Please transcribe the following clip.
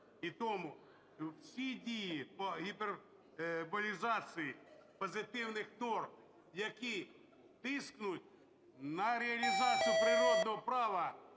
І тому всі дії по гіперболізації позитивних норм, які тиснуть на реалізацію природного права,